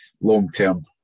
long-term